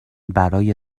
برای